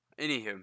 Anywho